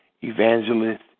evangelist